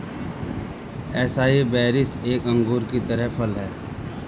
acai berries एक अंगूर की तरह फल हैं